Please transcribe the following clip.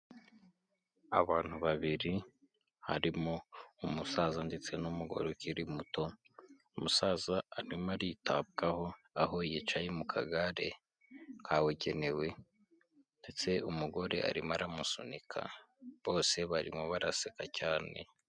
Abantu babiri harimo umusaza ndetse n'umugore ukiri muto umusaza arimo aritabwaho, aho yicaye mu kagare kabugenewe ndetse umugore arimo aramusunika bose barimo baraseka cyane.